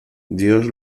dios